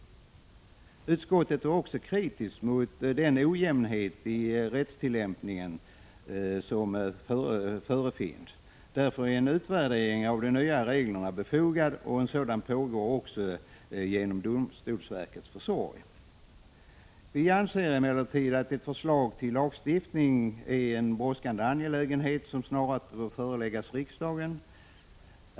Utskottet är också kritiskt mot den ojämnhet i rättstillämpningen som förefinns. Därför är en utvärdering av de nya reglerna befogad, och en sådan pågår också genom domstolsverkets försorg. Vi anser emellertid att ett förslag till lagstiftning brådskar och snarast bör föreläggas riksdagen.